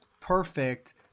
perfect